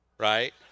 Right